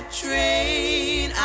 train